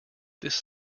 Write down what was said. this